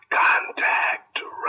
contact